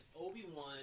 Obi-Wan